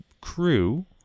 crew